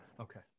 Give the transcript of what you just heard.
Okay